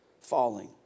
falling